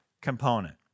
component